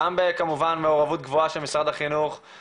גם כמובן במעורבות גדולה של משרד החינוך,